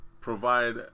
provide